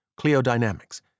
Cleodynamics